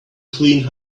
clean